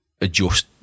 adjust